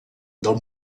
del